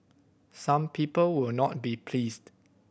some people will not be pleased